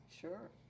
sure